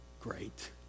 great